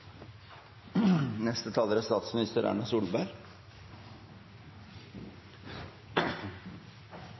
Neste talar er